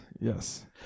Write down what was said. yes